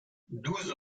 douze